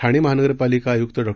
ठाणे महानगरपालिका आयुक्त डा